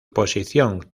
posición